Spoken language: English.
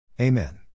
Amen